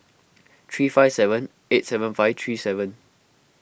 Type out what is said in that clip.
three five seven eight seven five three seven